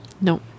No